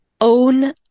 own